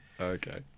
Okay